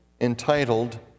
entitled